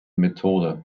methode